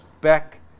back